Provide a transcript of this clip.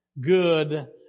good